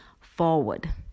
forward